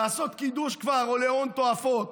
לעשות קידוש כבר עולה הון תועפות,